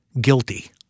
guilty